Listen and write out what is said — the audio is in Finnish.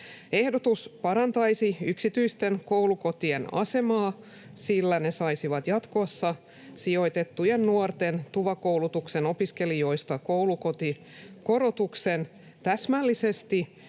Ehdotus parantaisi yksityisten koulukotien asemaa, sillä ne saisivat jatkossa sijoitettujen nuorten TUVA-koulutuksen opiskelijoista koulukotikorotuksen täsmällisesti